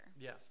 Yes